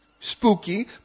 spooky